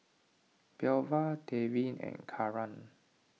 Belva Devin and Karan